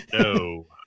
No